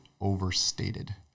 overstated